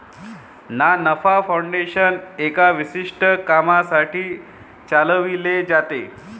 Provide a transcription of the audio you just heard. ना नफा फाउंडेशन एका विशिष्ट कामासाठी चालविले जाते